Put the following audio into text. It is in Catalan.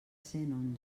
cent